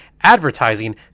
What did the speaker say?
ADVERTISING